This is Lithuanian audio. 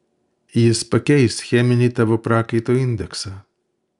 jis pakeis cheminį tavo prakaito indeksą